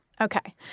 Okay